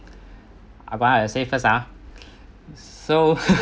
ah pa I say first ah so